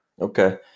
Okay